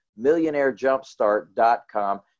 MillionaireJumpstart.com